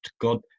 god